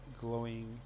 glowing